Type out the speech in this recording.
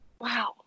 Wow